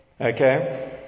Okay